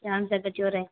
चानचकाचोर है